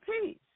peace